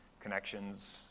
connections